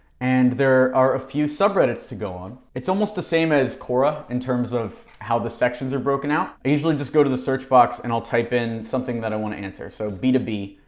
and there are a few sub-reddits to go on. it's almost the same as quora in terms of how the sections are broken out. i usually just go to the search box and i'll type in something that i want to answer. so b two b,